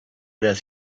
does